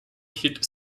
hit